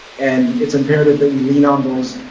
and it's imperative that we lean on those,